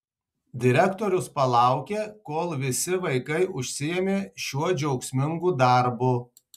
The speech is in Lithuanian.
direktorius palaukė kol visi vaikai užsiėmė šiuo džiaugsmingu darbu